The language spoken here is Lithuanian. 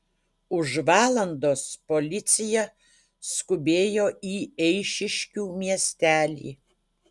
už valandos policija skubėjo į eišiškių miestelį